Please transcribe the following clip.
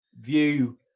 view